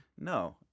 No